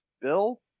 Bill